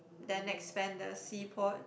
then expand the sea port